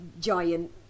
giant